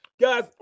Guys